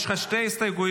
יש לך שתי הסתייגויות,